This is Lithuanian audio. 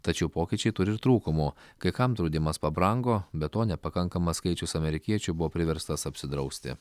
tačiau pokyčiai turi ir trūkumų kai kam draudimas pabrango be to nepakankamas skaičius amerikiečių buvo priverstas apsidrausti